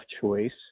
choice